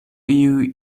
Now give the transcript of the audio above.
iuj